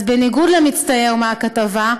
אז בניגוד למצטייר מהכתבה,